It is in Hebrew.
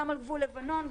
גם בגבול לבנון,